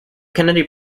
kennedy